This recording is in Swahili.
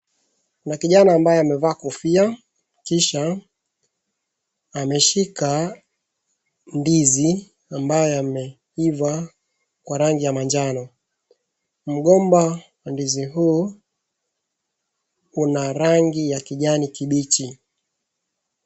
Kuna kijana ambaye amevaa kofia kisha ameshika ndizi ambaye ameiva kwa rangi ya majano. Mgomba wa ndizi huu una rangi ya kijani kibichi.